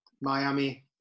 Miami